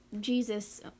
Jesus